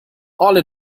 alle